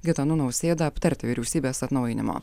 gitanu nausėda aptarti vyriausybės atnaujinimo